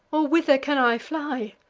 or whither can i fly?